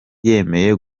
yemeye